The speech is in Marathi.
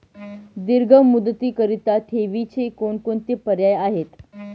दीर्घ मुदतीकरीता ठेवीचे कोणकोणते पर्याय आहेत?